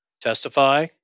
testify